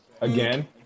again